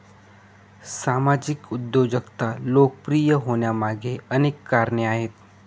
सामाजिक उद्योजकता लोकप्रिय होण्यामागे अनेक कारणे आहेत